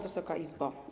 Wysoka Izbo!